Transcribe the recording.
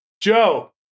Joe